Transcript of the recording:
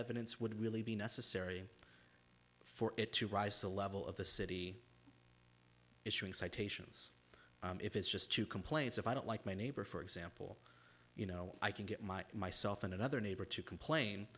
evidence would really be necessary for it to rise the level of the city issuing citations if it's just two complaints if i don't like my neighbor for example you know i can get my myself and another neighbor to complain